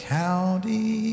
county